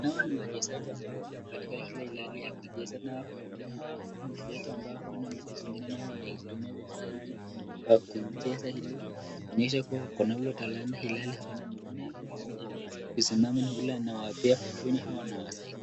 Hawa ni wachezaji wako katika ile hilali ya kucheza hao ambao hawana mingii zingine, wanatumia bidhaa hizi, kuonyesha kuwa wakona hiyo talanta na hawana mguu naye huyu ameweza kusimama na yule anawepea anawasaidia.